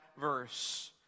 verse